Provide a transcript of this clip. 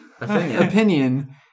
Opinion